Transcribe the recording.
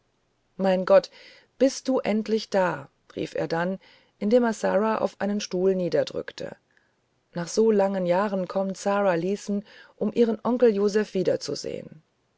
mein gott also bist du endlich da rief er dann indem er sara auf einen stuhl niederdrückte nach so langen jahren kommt sara leeson um ihren onkel joseph wiederzusehen